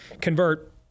convert